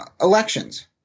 elections